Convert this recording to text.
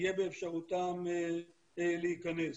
יהיה אפשרותם להיכנס.